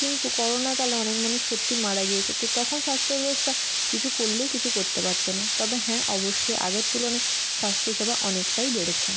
কিন্তু করোনা কালে অনেক মানুষ সত্যিই মারা গিয়েছে তো তখন স্বাস্থ্য ব্যবস্থা কিছু করলেও কিছু করতে পারতো না তবে হ্যাঁ অবশ্যই আগের তুলনায় স্বাস্থ্যসেবা অনেকটাই বেড়েছে